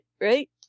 Right